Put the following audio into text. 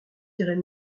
irait